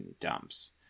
dumps